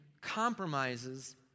compromises